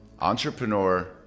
entrepreneur